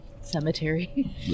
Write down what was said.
cemetery